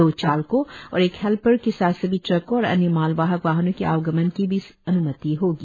दो चालकों और एक हेल्पर के साथ सभी ट्रकों और अन्य मालवाहक वाहनों के आवागमन की भी अन्मति होगी